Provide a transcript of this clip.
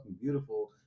beautiful